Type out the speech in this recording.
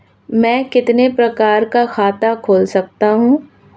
मैं कितने प्रकार का खाता खोल सकता हूँ?